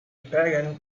pagan